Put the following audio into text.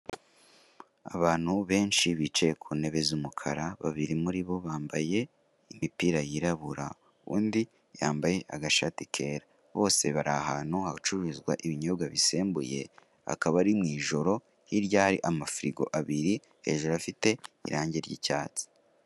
Abantu benshi bicaye ku ntebe z'umukara babiri muri bo bambaye imipira yirabura, undi yambaye agashati kera, bose bari ahantu hacururizwa ibinyobwa bisembuye, hakaba ari mu ijoro. Hirya hari amafirigo abiri hejuru afite irange ry'icyatsi.